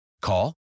Call